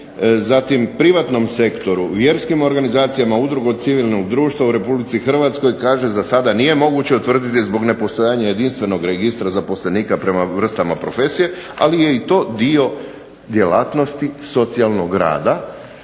Zatim, privatnom sektoru, vjerskim organizacijama, udrugama civilnoga društva u RH kaže zasada nije moguće utvrditi zbog nepostojanja jedinstvenog registra zaposlenika prema vrstama profesije, ali je i to dio djelatnosti socijalnog rada